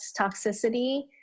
toxicity